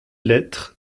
lettres